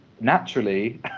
naturally